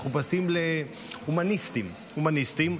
מחופשים להומניסטים, הומניסטים,